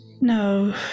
No